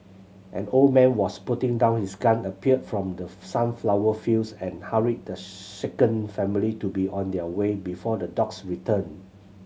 an old man was putting down his gun appeared from the sunflower fields and hurried the shaken family to be on their way before the dogs return